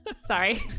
Sorry